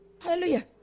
Hallelujah